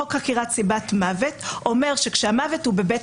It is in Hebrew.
חוק חקירת סיבת מוות אומר שכשהמוות הוא בבית